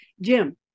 Jim